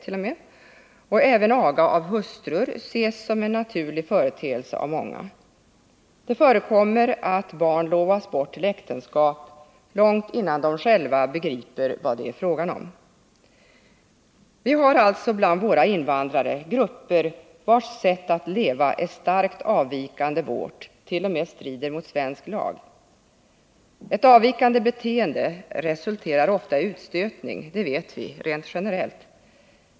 skyldighet — och även aga av hustrur ses som en naturlig företeelse av många. Det förekommer att barn lovas bort till äktenskap långt innan de själva begriper vad det är fråga om. Vi har alltså bland våra invandrare grupper vilkas sätt att leva är starkt avvikande från vårt — och t.o.m. strider mot svensk lag. Ett avvikande beteende resulterar ofta i utstötning — det vet vi, rent generellt.